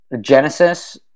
Genesis